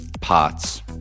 parts